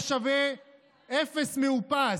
היה שווה אפס מאופס.